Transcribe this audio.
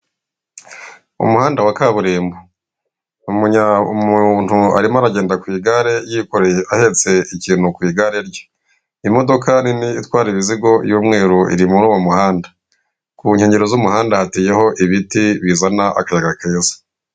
Umuhanda wa kaburimbo umuntu arimo aragenda ku igare yikoreye ahetse ikintu ku igare rye. Imodoka nini itwara imizigo y'umweru iri muri uwo muhanda. Ku nkengero z'umuhanda hateyeho ibiti bizana akayaga keza.